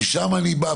משם אני בא,